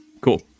Cool